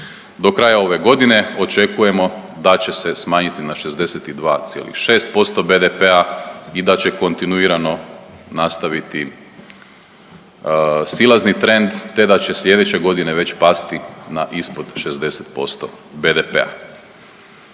Do kraja ove godine očekujemo da će se smanjiti na 62,6% BDP-a i da će kontinuirano nastaviti silazni trend te da će sljedeće godine već pasti na ispod 60% BDP-a.